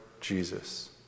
Jesus